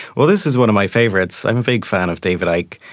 well, this is one of my favourites, i'm a big fan of david like